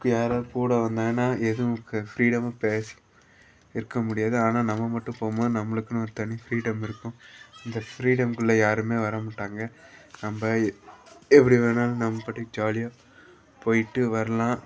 இப்போ யாராவது கூட வந்தாங்கன்னால் எதுவும் க ஃப்ரீடமாக பேசி இருக்க முடியாது ஆனால் நம்ம மட்டும் போகும் போது நம்மளுக்குன்னு ஒரு தனி ஃப்ரீடம் இருக்கும் இந்த ஃப்ரீடமுக்குள்ள யாருமே வர மாட்டாங்க நம்ப எ எப்படி வேணுணாலும் நம்ம பாட்டுக்கு ஜாலியாக போயிட்டு வரலாம்